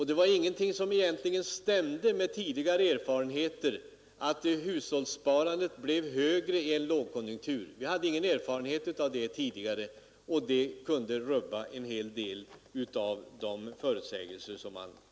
Det stämde inte med tidigare erfarenheter, att hushållssparandet blev högre i en lågkonjunktur. Vi hade ingen erfarenhet av det tidigare, och det kunde rubba en hel del av de gjorda förutsägelserna.